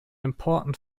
important